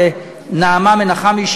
ולנעמה מנחמי,